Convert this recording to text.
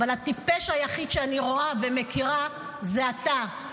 אבל הטיפש היחיד שאני רואה ומכירה זה אתה.